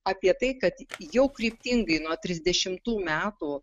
apie tai kad jau kryptingai nuo trisdešimtų metų